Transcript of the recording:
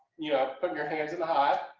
you know, putting your hands in the hives.